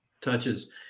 touches